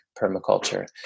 permaculture